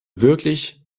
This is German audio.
wirklich